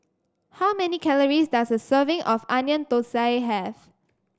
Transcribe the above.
how many calories does a serving of Onion Thosai have